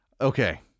okay